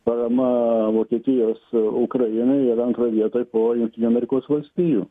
parama vokietijos ukrainai yra antroj vietoj po jungtinių amerikos valstijų